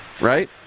right